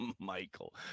Michael